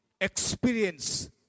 experience